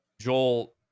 Joel